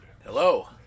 Hello